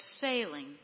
sailing